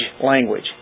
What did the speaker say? language